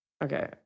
Okay